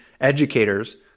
educators